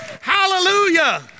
hallelujah